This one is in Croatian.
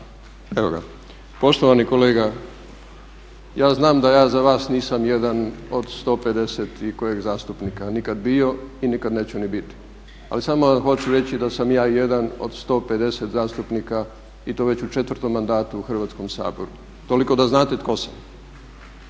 (SDSS)** Poštovani kolega, ja znam da ja za vas nisam jedan od 150 i kojeg zastupnika nikad bio i nikad ni neću biti. Ali samo hoću reći da sam ja jedan od 150 zastupnika i to već u četvrtom mandatu u Hrvatskom saboru, toliko da znate tko sam